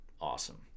awesome